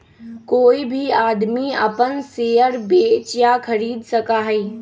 कोई भी आदमी अपन शेयर बेच या खरीद सका हई